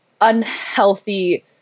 unhealthy